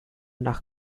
nach